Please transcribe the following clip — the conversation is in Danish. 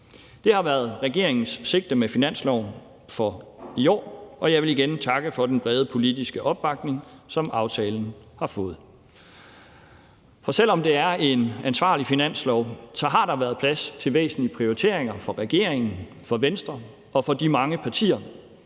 Det har været regeringens sigte med finansloven for i år, og jeg vil igen takke for den brede politiske opbakning, som aftalen har fået. For selv om det er en ansvarlig finanslov, har der været plads til væsentlige prioriteringer for regeringen, for Venstre og for de mange partier,